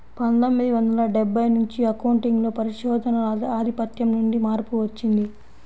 పందొమ్మిది వందల డెబ్బై నుంచి అకౌంటింగ్ లో పరిశోధనల ఆధిపత్యం నుండి మార్పు వచ్చింది